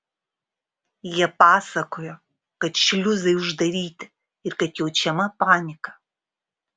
jie pasakojo kad šliuzai uždaryti ir kad jaučiama panika